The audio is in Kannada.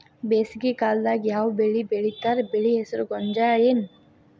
ಬೇಸಿಗೆ ಕಾಲದಾಗ ಯಾವ್ ಬೆಳಿ ಬೆಳಿತಾರ, ಬೆಳಿ ಹೆಸರು ಗೋಂಜಾಳ ಏನ್?